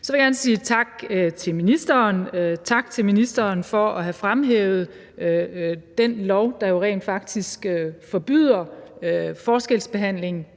Jeg vil gerne sige tak til ministeren for at have fremhævet den lov, der jo rent faktisk forbyder forskelsbehandling